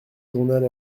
journal